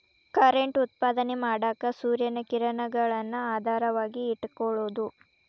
current ಉತ್ಪಾದನೆ ಮಾಡಾಕ ಸೂರ್ಯನ ಕಿರಣಗಳನ್ನ ಆಧಾರವಾಗಿ ಇಟಕೊಳುದು